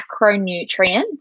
macronutrients